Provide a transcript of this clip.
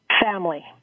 family